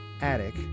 attic